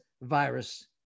virus